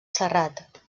serrat